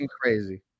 crazy